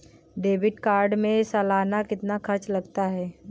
Debit card में सालाना कितना खर्च लगता है?